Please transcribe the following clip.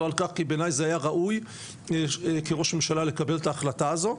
על כך כי בעיניי זה היה ראוי כראש ממשלה לקבל את ההחלטה הזו,